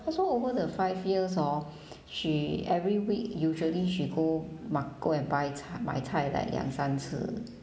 so over the five years hor she every week usually she go mark~ go and buy 菜买菜 like 两三次